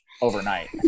overnight